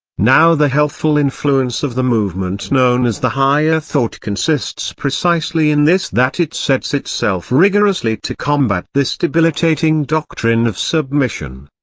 now the healthful influence of the movement known as the higher thought consists precisely in this that it sets itself rigorously to combat this debilitating doctrine of submission.